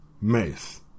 Mace